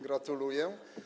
Gratuluję.